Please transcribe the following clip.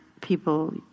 people